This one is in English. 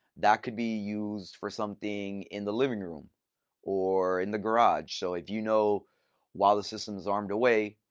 that could be used for something in the living room or in the garage. so if you know while the system is armed away,